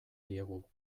diegu